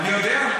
אני יודע.